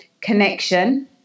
connection